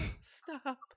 Stop